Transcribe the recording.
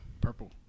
purple